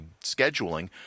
scheduling